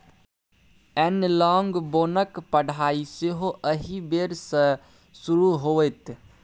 एनलॉग बोनक पढ़ाई सेहो एहि बेर सँ शुरू होएत